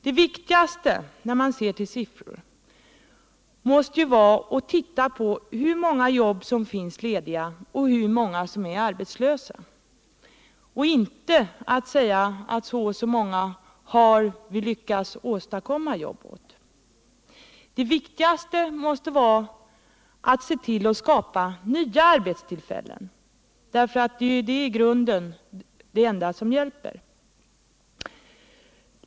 Det viktigaste måste vara att se efter hur många jobb som finns lediga och hur många personer som är arbetslösa. Det viktigaste måste vara att skapa nya arbetstillfällen — det är ju det enda som hjälper.